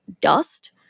dust